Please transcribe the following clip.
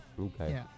Okay